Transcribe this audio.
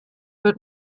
wird